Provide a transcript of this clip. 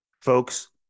Folks